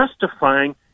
justifying